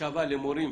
השבה למורים